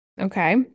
okay